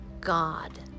God